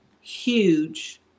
huge